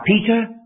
Peter